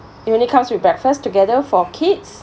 it only comes with breakfast together for kids